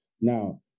Now